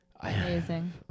Amazing